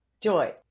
Joy